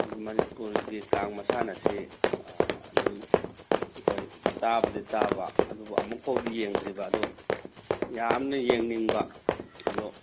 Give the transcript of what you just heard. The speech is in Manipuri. ꯑꯗꯨ ꯃꯅꯤꯄꯨꯔꯒꯤ ꯀꯥꯡ ꯃꯁꯥꯟꯅ ꯑꯁꯤ ꯑꯗꯨꯝ ꯑꯩꯈꯣꯏ ꯇꯥꯕꯗꯤ ꯇꯥꯕ ꯑꯗꯨꯒ ꯑꯃꯨꯛꯐꯥꯎꯗꯤ ꯌꯦꯡꯗ꯭ꯔꯤꯕ ꯑꯗꯣ ꯌꯥꯝꯅ ꯌꯦꯡꯅꯤꯡꯕ ꯑꯗꯣ